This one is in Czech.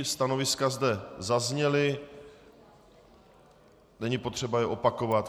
Stanoviska zde zazněla, není potřeba je opakovat.